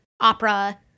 opera